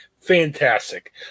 Fantastic